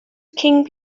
king